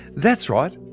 that's right!